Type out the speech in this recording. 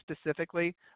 specifically